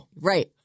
Right